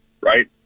right